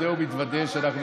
כ"ט, ל', בואו נתחיל.